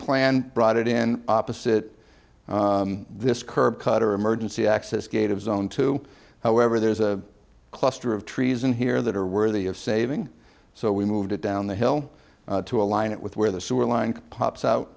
planned brought it in opposite this curb cut or emergency access gate of zone two however there is a cluster of trees in here that are worthy of saving so we moved it down the hill to align it with where the sewer line pops out